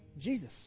Jesus